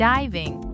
Diving